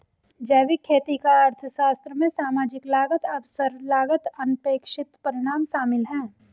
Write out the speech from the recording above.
जैविक खेती का अर्थशास्त्र में सामाजिक लागत अवसर लागत अनपेक्षित परिणाम शामिल है